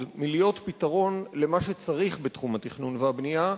מלהיות פתרון למה שצריך בתחום התכנון והבנייה,